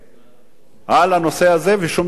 על הנושא הזה ושום דבר לא מתקדם,